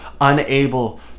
unable